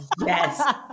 Yes